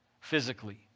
physically